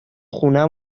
خونه